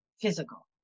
physical